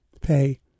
pay